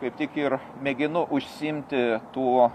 kaip tik ir mėginu užsiimti tuo